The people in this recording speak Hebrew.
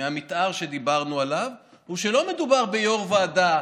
מהמתאר שדיברנו עליו הוא שלא מדובר ביו"ר ועדה